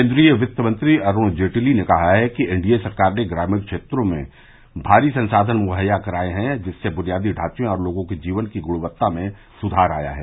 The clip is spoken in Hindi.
केन्द्रीय क्तिमंत्री अरुण जेटली ने कहा है कि एनडीए सरकार ने ग्रामीण क्षेत्रों में भारी संसाधन मुहैया कराये हैं जिससे बुनियादी ढांचे और लोगों के जीवन की गृणक्ता में सुधार आया है